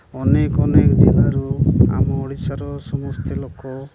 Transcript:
ଅନେକ ଅନେକ ଜିଲ୍ଲାରୁ ଆମ ଓଡ଼ିଶାର ସମସ୍ତେ ଲୋକ